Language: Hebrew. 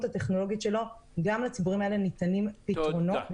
הטכנולוגית שלו גם לציבורים האלה ניתנים פתרונות,